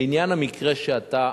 לעניין המקרה שאתה